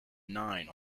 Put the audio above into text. nine